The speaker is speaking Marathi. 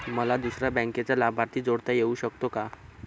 मला दुसऱ्या बँकेचा लाभार्थी जोडता येऊ शकतो का?